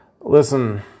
Listen